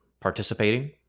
participating